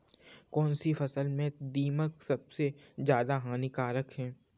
कौनसी फसल में दीमक सबसे ज्यादा हानिकारक है?